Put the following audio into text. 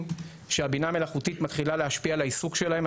שהבינה מלאכותית מתחילה להשפיע על העיסוק שלהם.